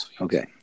Okay